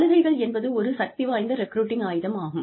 சலுகைகள் என்பது ஒரு சக்திவாய்ந்த ரெக்ரூட்டிங் ஆயுதம் ஆகும்